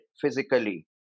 physically